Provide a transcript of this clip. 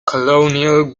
colonial